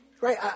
right